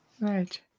Right